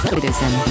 Citizen